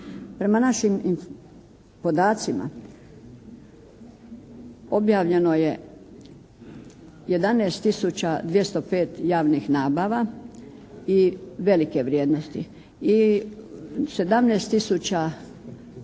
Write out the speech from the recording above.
Prema našim podacima objavljeno je 11 tisuća 205 javnih nabava, velike vrijednosti, i 17